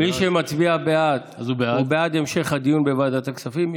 מי שמצביע בעד הוא בעד המשך הדיון בוועדת הכספים,